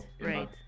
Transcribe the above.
right